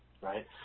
right